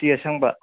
ꯎꯇꯤ ꯑꯁꯪꯕ